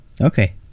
Okay